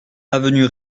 avenue